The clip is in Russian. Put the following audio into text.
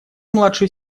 младшую